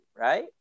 right